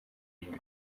murimo